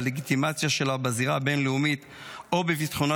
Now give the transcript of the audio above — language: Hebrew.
בלגיטימציה שלה בזירה הבין-לאומית או בביטחונה,